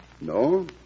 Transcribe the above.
No